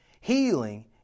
Healing